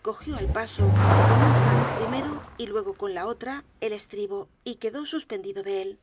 cogió al paso con una mano primero y luego con la otra el estribo y quedó suspendido de él